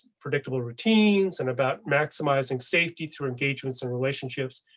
predictable routines and about maximizing safety through engagements and relationships.